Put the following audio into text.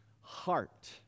heart